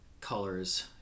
colors